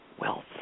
wealth